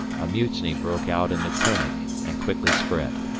a mutiny broke out in the konig and quickly spread.